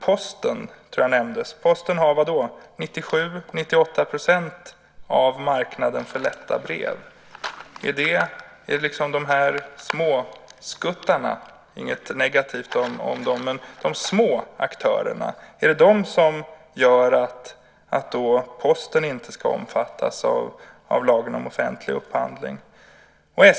Posten tror jag nämndes. Posten har 97-98 % av marknaden för lätta brev. Är det de här "småskuttarna", de små aktörerna - inget negativt om dem - som gör att Posten inte ska omfattas av lagen om offentlig upphandling?